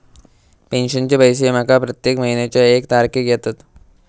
पेंशनचे पैशे माका प्रत्येक महिन्याच्या एक तारखेक येतत